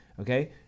okay